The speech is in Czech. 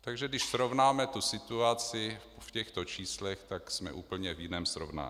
Takže když srovnáme tu situaci v těchto číslech, tak jsme úplně v jiném srovnání.